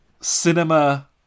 Cinema